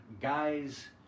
guys